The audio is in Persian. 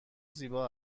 زیبا